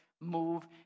move